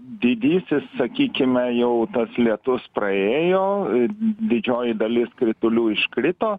didysis sakykime jau tas lietus praėjo didžioji dalis kritulių iškrito